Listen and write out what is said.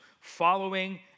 following